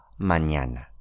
mañana